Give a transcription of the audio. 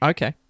Okay